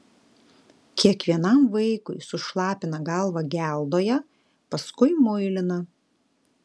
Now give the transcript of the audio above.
kiekvienam vaikui sušlapina galvą geldoje paskui muilina